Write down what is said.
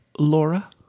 Laura